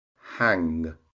Hang